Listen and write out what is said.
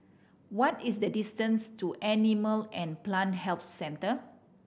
what is the distance to Animal and Plant Health Centre